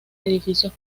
edificios